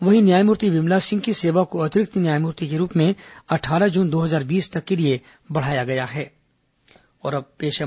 वहीं न्यायमूर्ति विमला सिंह की सेवा को अतिरिक्त न्यायमूर्ति के रूप में अट्ठारह जून दो हजार बीस तक के लिए बढ़ाया गया है